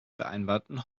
vereinbarten